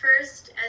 first